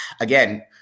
again